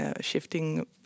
shifting